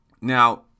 now